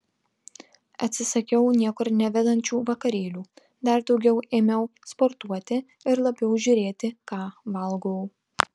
atsisakiau niekur nevedančių vakarėlių dar daugiau ėmiau sportuoti ir labiau žiūrėti ką valgau